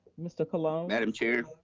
mr. colon. madam chair?